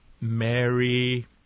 Mary